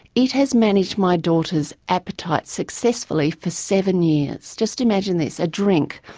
it has managed my daughter's appetite successfully for seven years. just imagine this, a drink,